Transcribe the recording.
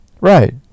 Right